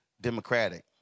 Democratic